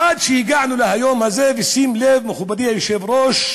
עד שהגענו ליום הזה, ושים לב, אדוני היושב-ראש,